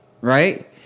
right